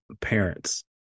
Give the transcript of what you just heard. parents